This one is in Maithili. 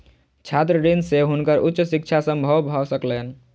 छात्र ऋण से हुनकर उच्च शिक्षा संभव भ सकलैन